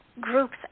groups